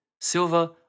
silver